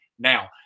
Now